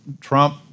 Trump